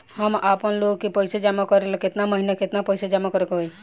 हम आपनलोन के पइसा जमा करेला केतना महीना केतना पइसा जमा करे के होई?